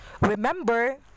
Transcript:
remember